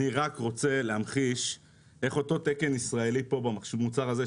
אני רק רוצה להמחיש איך אותו תקן ישראלי פה במוצר הזה,